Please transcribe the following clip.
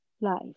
life